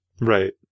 Right